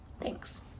thanks